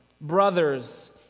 Brothers